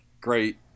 great